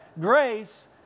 Grace